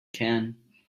can